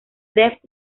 def